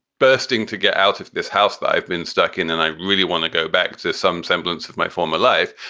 bursting to get out of this house. i've been stuck in and i really want to go back to some semblance of my former life.